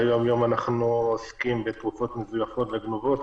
ביום-יום אנחנו עוסקים בתרופות מזויפות וגנובות,